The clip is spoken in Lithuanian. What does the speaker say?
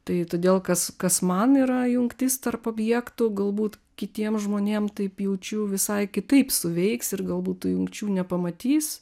tai todėl kas kas man yra jungtis tarp objektų galbūt kitiem žmonėm taip jaučiu visai kitaip suveiks ir galbūt tų jungčių nepamatys